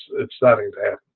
it's starting to happen,